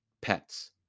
pets